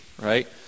right